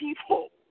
people